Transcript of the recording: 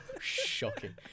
Shocking